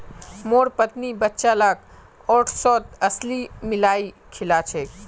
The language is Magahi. मोर पत्नी बच्चा लाक ओट्सत अलसी मिलइ खिला छेक